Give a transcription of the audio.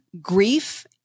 grief